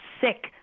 sick